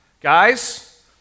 Guys